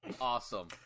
Awesome